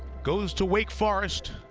goes to wake forest.